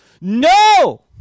no